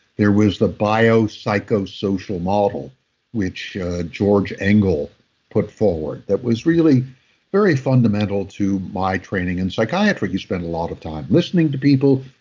there was the biopsychosocial model which george engel put forward, that was really very fundamental to my training in psychiatry. you spend a lot of time listening to people.